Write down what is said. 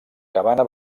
cabana